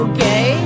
Okay